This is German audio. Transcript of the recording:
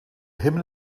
himmel